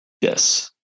Yes